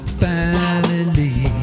family